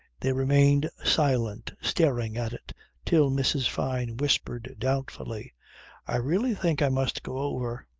they remained silent staring at it till mrs. fyne whispered doubtfully i really think i must go over.